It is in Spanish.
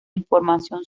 información